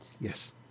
Yes